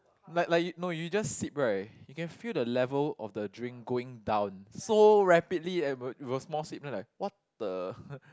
like like you no you just sip right you can feel the level of the drink going down so rapidly and it was it was more sip then I'm like what the